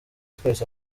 twese